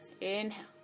Inhale